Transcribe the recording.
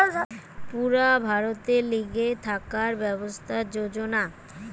পুরা ভারতের লিগে থাকার ব্যবস্থার যোজনা